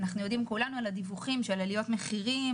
אנחנו ידועים כולנו על הדיווחים של עליות מחירים,